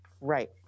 Right